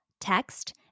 text